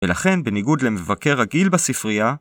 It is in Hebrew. ולכן בניגוד למבקר רגיל בספרייה